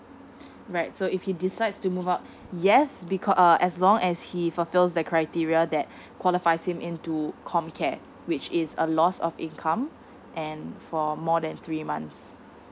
right so if he decides to move up yes because uh as long as he fulfills the criteria that qualifies him into com care which is a loss of income and for more than three months